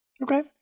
Okay